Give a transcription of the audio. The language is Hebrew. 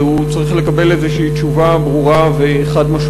והוא צריך לקבל איזו תשובה ברורה וחד-משמעית.